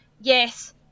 yes